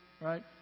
right